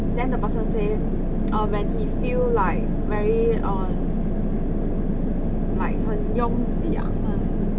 then the person say err when he feel like very um like 很拥挤啊很